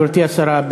גברתי השרה,